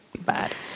bad